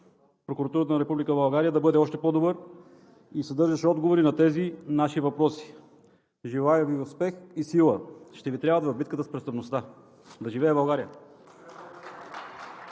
Прокуратурата на Република България да бъде още по-добър и съдържащ отговори на тези наши въпроси. Желая Ви успех и сила – ще Ви трябват в битката с престъпността! Да живее България!